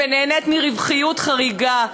ונהנית מרווחיות חריגה,